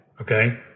okay